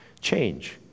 change